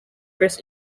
press